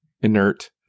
inert